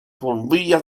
bombillas